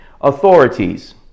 Authorities